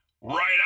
right